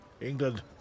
England